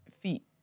feet